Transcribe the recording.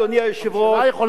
אדוני היושב-ראש,